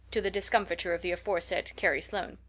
to the discomfiture of the aforesaid carrie sloane.